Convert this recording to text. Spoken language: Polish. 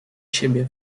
siebie